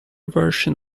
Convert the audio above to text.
version